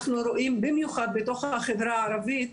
אנחנו רואים במיוחד בתוך החברה הערבית